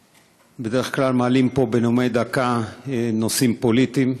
בדרך כלל מעלים פה בנאומים בני דקה נושאים פוליטיים,